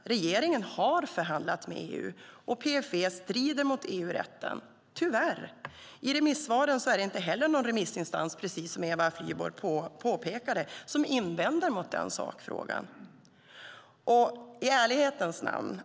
Regeringen har förhandlat med EU. PFE strider tyvärr mot EU-rätten. I remissvaren är det inte heller någon remissinstans som invänder mot den sakfrågan, precis som Eva Flyborg påpekade.